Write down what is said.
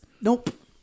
Nope